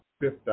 fifth